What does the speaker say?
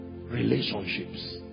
relationships